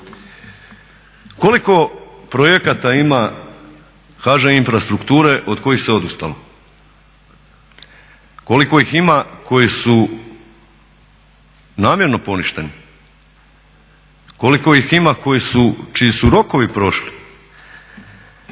koliko projekata ima HŽ infrastrukture od kojih se odustalo? Koliko ih ima koji su namjerno poništeni? Koliko ih ima koji su, čiji su rokovi prošli?